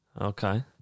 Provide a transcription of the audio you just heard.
Okay